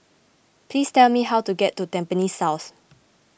please tell me how to get to Tampines South